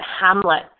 Hamlet